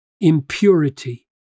impurity